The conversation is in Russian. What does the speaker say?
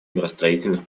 миростроительных